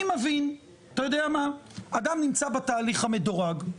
אני מבין, אתה יודע מה, אדם נמצא בתהליך המדורג,